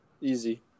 Easy